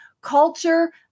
culture